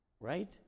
Right